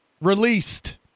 Released